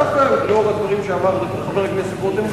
דווקא לאור הדברים שאמר חבר הכנסת רותם,